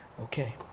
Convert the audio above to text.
Okay